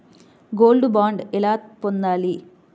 Gold bond ఎలా పొందాలి?